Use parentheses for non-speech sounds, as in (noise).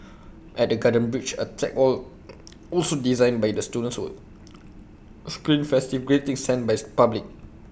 at the garden bridge A tech wall (noise) also designed by the students will screen festive greetings sent by the public